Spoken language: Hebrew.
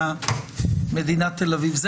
לגבי מדינת תל אביב.